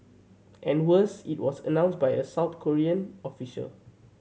and worse it was announced by a South Korean official